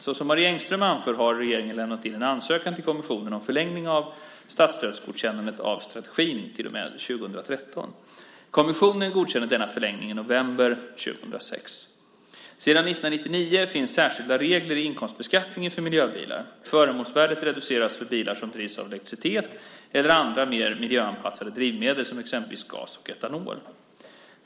Såsom Marie Engström anför har regeringen lämnat in en ansökan till kommissionen om förlängning av statsstödsgodkännandet av strategin till och med 2013. Kommissionen godkände denna förlängning i november 2006. Sedan 1999 finns särskilda regler i inkomstbeskattningen för miljöbilar. Förmånsvärdet reduceras för bilar som drivs av elektricitet eller andra mer miljöanpassade drivmedel som exempelvis gas och etanol.